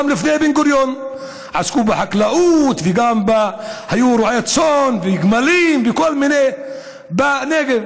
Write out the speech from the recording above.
גם לפני בן-גוריון עסקו בחקלאות והיו גם רועי צאן וגמלים וכל מיני בנגב.